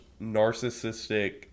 narcissistic